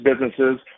businesses